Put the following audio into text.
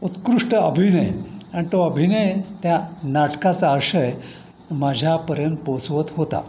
उत्कृष्ट अभिनय आणि तो अभिनय त्या नाटकाचा अशय माझ्यापर्यंत पोचवत होता